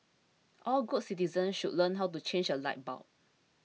all good citizens should learn how to change a light bulb